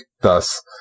thus